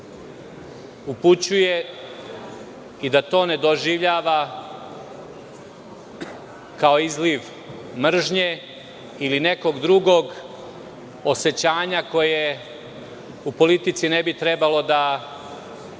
upućuje i da to ne doživljava kao izliv mržnje ili nekog drugog osećanja koje u politici ne bi trebalo da bude